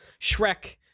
Shrek